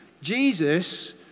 Jesus